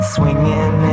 Swinging